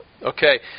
Okay